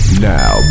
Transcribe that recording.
Now